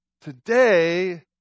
Today